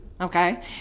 Okay